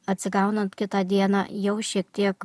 atsigaunant kitą dieną jau šiek tiek